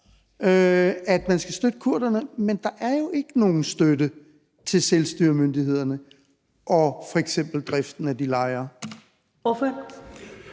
at man skal støtte kurderne, men der er jo ikke nogen støtte til selvstyremyndighederne og f.eks. driften af de lejre.